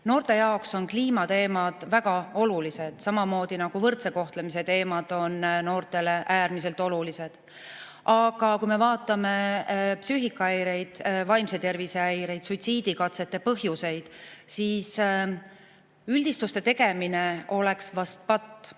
Noorte jaoks on kliimateemad väga olulised, samamoodi nagu võrdse kohtlemise teemad on noortele äärmiselt olulised. Aga kui me vaatame psüühikahäireid, vaimse tervise häireid, suitsiidikatsete põhjuseid, siis üldistuste tegemine oleks vist patt.